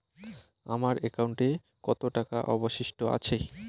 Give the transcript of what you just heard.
আমার একাউন্টে কত টাকা অবশিষ্ট আছে?